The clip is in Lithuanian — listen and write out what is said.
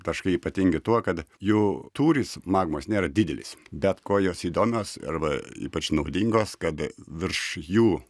taškai ypatingi tuo kad jų tūris magmos nėra didelis bet kuo jos įdomios arba ypač naudingos kad virš jų